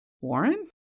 Warren